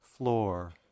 floor